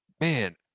Man